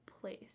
place